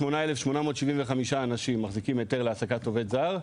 78,875 אנשים מחזיקים היתר להעסקת עובד זר,